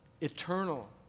eternal